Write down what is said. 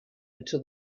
until